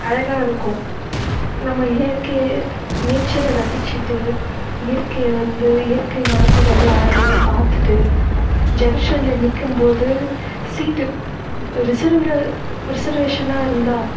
அழகாக இருக்கும் நம்ம இயற்கையை நேச்சரை ரசிச்சுட்டு இயற்கையை வந்து இயற்கை வனப்புகளையும் அழகையும் பார்த்துட்டு ஜங்ஷனில் நிற்கும் போது சீட்டு ரிசர்வ்டு ரிசர்வேஷனாக இருந்தால்